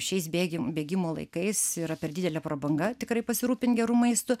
šiais bėgi bėgimo laikais yra per didelė prabanga tikrai pasirūpint geru maistu